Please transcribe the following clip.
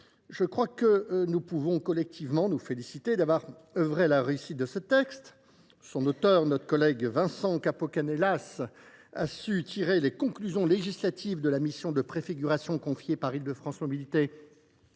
promulguée. Nous pouvons collectivement nous féliciter d’avoir œuvré à sa réussite. Son auteur, notre collègue Vincent Capo Canellas, a su tirer les conclusions législatives de la mission de préfiguration sociale confiée par Île de France Mobilités